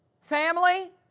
Family